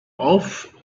off